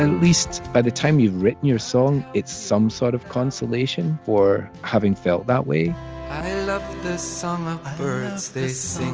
and least by the time you've written your song, it's some sort of consolation for having felt that way i love the song of birds. they